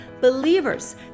believers